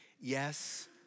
yes